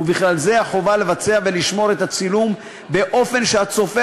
ובכלל זה החובה לבצע ולשמור את הצילום באופן שהצופה